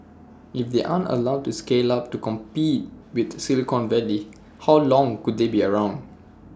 if they aren't allowed to scale up to compete with Silicon Valley how long could they be around